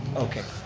okay,